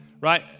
right